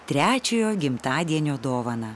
trečiojo gimtadienio dovaną